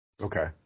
Okay